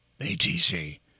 ATC